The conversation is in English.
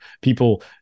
people